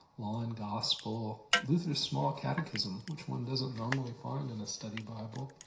law and gospel, luther's small catechism, which one doesn't normally find in a study bible,